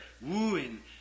wooing